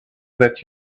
that